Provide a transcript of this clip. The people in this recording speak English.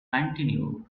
continued